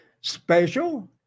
Special